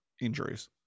injuries